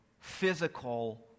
physical